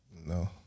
No